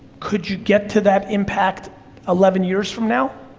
could you get to that impact eleven years from now?